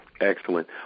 Excellent